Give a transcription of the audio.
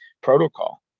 protocol